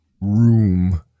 room